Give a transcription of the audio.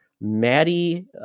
Maddie